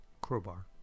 Crowbar